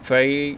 very